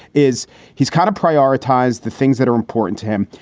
is he's kind of prioritize the things that are important to him.